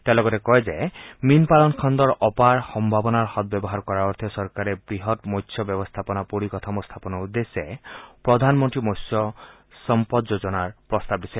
তেওঁ লগতে কয় যে মীন পালন খণ্ডৰ সম্ভাৱনাৰ সদ্যৱহাৰৰ অৰ্থে চৰকাৰে বৃহৎ মৎস্য ব্যৱস্থাপনা পৰিকাঠামো স্থাপনৰ উদ্দেশ্যে প্ৰধানমন্ত্ৰী মৎস্য সম্পদ যোজনাৰ প্ৰস্তাৱ দিছে